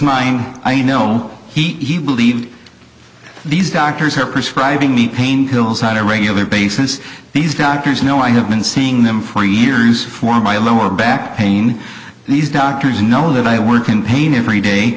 smiling i know he believes these doctors are prescribing me pain pills on a regular basis these doctors know i have been seeing them for years for my lower back pain these doctors know that i work in pain every day